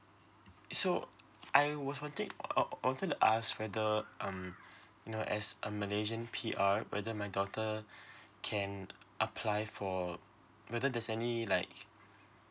so I was wanting uh wanted to ask whether um you know as a malaysian P_R whether my daughter can apply for whether there's any like